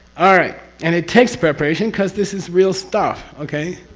ah right, and it takes preparation because this is real stuff. okay?